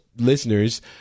listeners